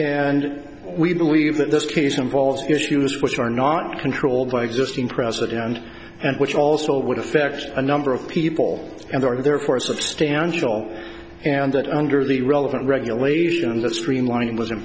and we believe that this case involves issues which are not controlled by existing president and which also would affect a number of people and are therefore substantial and that under the relevant regulation of the streamlining was